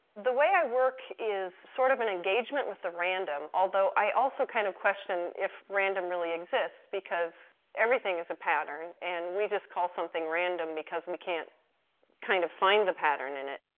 the way i work is sort of an engagement with the random, although i also kind of question if random really exists, because everything is a pattern and we just call something random because we can't kind of find the pattern in it.